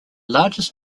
largest